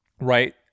right